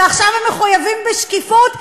ועכשיו הם מחויבים בשקיפות,